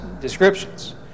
descriptions